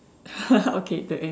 okay the end